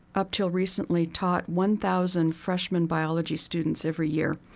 up till recently, taught one thousand freshman biology students every year,